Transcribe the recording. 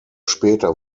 später